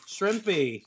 Shrimpy